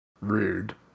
rude